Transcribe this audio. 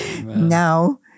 now